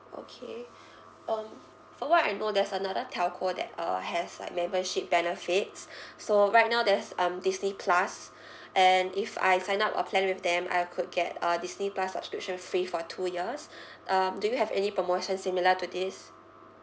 okay um from what I know there's another telco that uh has like membership benefits so right now there's um disney plus and if I sign up a plan with them I could get a disney plus subscription free for two years um do you have any promotion similar to this